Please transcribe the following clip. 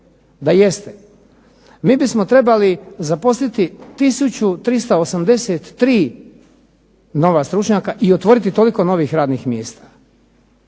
da jeste, mi bismo trebali zaposliti tisuću 383 nova stručnjaka i otvoriti toliko novih radnih mjesta.